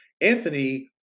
Anthony